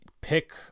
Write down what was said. pick